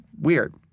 weird